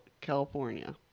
California